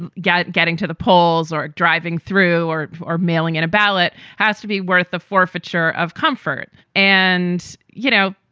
and yeah getting to the polls or driving through or are mailing in a ballot has to be worth a forfeiture of comfort. and, you know,